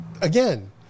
again